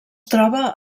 troba